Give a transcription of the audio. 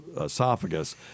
esophagus